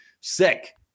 sick